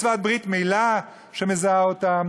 מצוות ברית מילה שמזהה אותם,